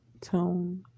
tone